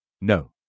No